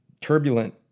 turbulent